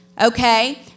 Okay